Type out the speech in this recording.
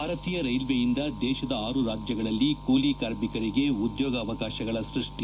ಭಾರತೀಯ ರೈಲ್ವೆಯಿಂದ ದೇಶದ ಆರು ರಾಜ್ಯಗಳಲ್ಲಿ ಕೂಲಿ ಕಾರ್ಮಿಕರಿಗೆ ಉದ್ಯೋಗಾವಕಾಶಗಳ ಸ್ಪಷ್ಟಿ